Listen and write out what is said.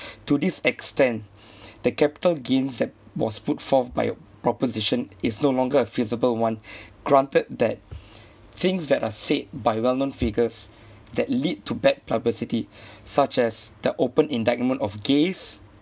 to this extent the capital gains that was put forth by proposition is no longer a feasible [one] granted that things that are said by well known figures that lead to bad publicity such as the open indictment of gays